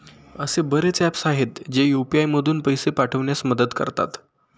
असे बरेच ऍप्स आहेत, जे यू.पी.आय मधून पैसे पाठविण्यास मदत करतात